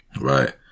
Right